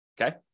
okay